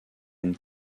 and